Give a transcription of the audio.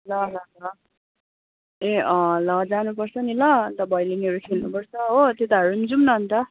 ल ल ल ए अँ ल जानुपर्छ नि ल अन्त भैलेनीहरू खेल्नुपर्छ हो त्यताहरू पनि जाउँ न अन्त